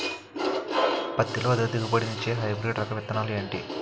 పత్తి లో అధిక దిగుబడి నిచ్చే హైబ్రిడ్ రకం విత్తనాలు ఏంటి